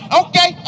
okay